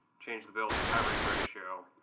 change the building coverage ratio,